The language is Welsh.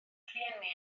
rhieni